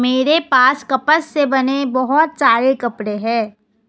मेरे पास कपास से बने बहुत सारे कपड़े हैं